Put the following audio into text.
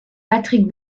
patrick